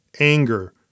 anger